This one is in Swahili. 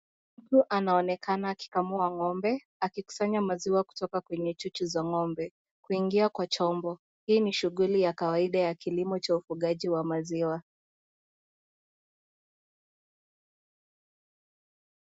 Mtu anaonekana akikamua ng'ombe, akikusanya maziwa kutoka kwenye chuchu za ng'ombe kuingia kwa chombo, hii ni shughuli ya kawaida Kwa kilimo cha ufugaji wa maziwa.